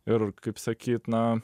ir kaip sakyt na